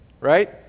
Right